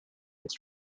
its